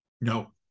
No